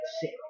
sick